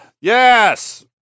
Yes